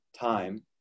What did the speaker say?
time